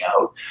out